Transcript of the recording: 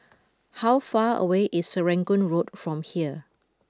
how far away is Serangoon Road from here